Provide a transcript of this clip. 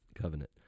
covenant